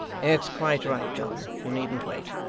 it's quite right, john, you needn't wait.